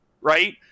right